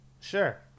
Sure